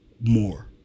More